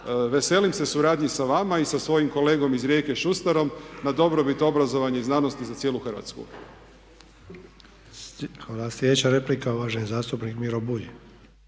veselim se suradnji sa vama i sa svojim kolegom iz Rijeke Šustarom na dobrobit obrazovanja i znanosti za cijelu Hrvatsku. **Sanader, Ante (HDZ)** Hvala. Sljedeća replika uvaženi zastupnik Miro Bulj.